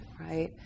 right